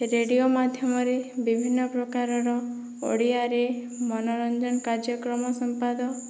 radio ମାଧ୍ୟମରେ ବିଭିନ୍ନ ପ୍ରକାରର ଓଡ଼ିଆରେ ମନୋରଞ୍ଜନ କାର୍ଯ୍ୟକ୍ରମ ସମ୍ପାଦ